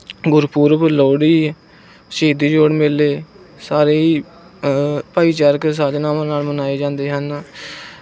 ਗੁਰਪੂਰਬ ਲੋਹੜੀ ਸ਼ਹੀਦੀ ਜੋੜ ਮੇਲੇ ਸਾਰੀ ਹੀ ਭਾਈਚਾਰਕ ਸਾਜਨਾਵਾਂ ਨਾਲ ਮਨਾਏ ਜਾਂਦੇ ਹਨ